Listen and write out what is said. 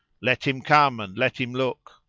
let him come and let him look!